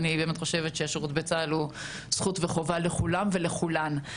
אני באמת חושבת שהשירות בצה"ל הוא זכות וחובה לכולם ולכולן,